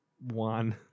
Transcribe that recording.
One